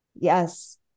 yes